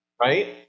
right